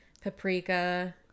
paprika